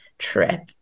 trip